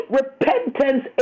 repentance